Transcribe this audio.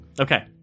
Okay